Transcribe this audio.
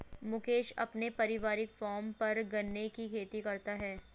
मुकेश अपने पारिवारिक फॉर्म पर गन्ने की खेती करता है